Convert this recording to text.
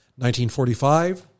1945